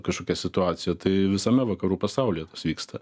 kažkokia situacija tai visame vakarų pasaulyje vyksta